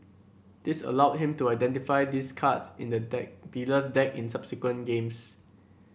this allowed him to identify these cards in the deck dealer's deck in subsequent games